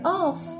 off